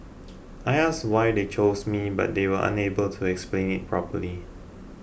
I asked why they chose me but they were unable to explain it properly